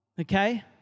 okay